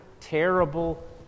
terrible